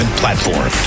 platform